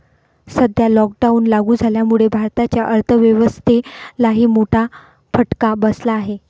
सध्या लॉकडाऊन लागू झाल्यामुळे भारताच्या अर्थव्यवस्थेलाही मोठा फटका बसला आहे